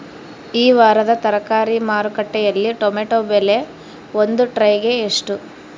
ಈ ವಾರದ ತರಕಾರಿ ಮಾರುಕಟ್ಟೆಯಲ್ಲಿ ಟೊಮೆಟೊ ಬೆಲೆ ಒಂದು ಟ್ರೈ ಗೆ ಎಷ್ಟು?